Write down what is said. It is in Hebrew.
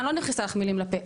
אני לא מכניסה לך מילים לפה,